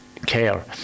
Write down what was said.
care